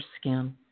skin